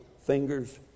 fingers